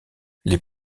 les